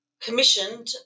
commissioned